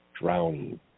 drowning